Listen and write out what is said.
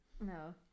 No